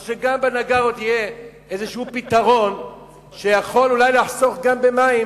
אז שגם בניאגרות יהיה איזשהו פתרון שיכול אולי לחסוך במים,